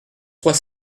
trois